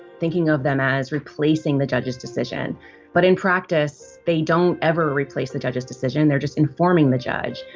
thinking of them as replacing the judge's decision but in practice, they don't ever replace the judge's decision. they're just informing the judge.